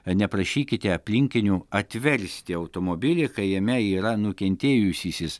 neprašykite aplinkinių atversti automobilį kai jame yra nukentėjusysis